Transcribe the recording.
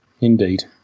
Indeed